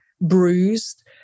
bruised